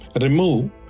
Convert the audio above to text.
remove